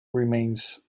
remains